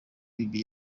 ibi